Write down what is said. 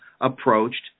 approached